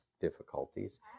difficulties